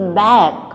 back